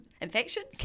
Infections